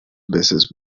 veces